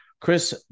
Chris